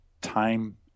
Time